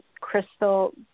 crystal